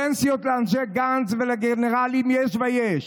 פנסיות לאנשי גנץ ולגנרלים, יש ויש.